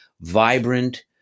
vibrant